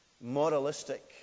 moralistic